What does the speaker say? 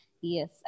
Yes